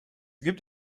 gibt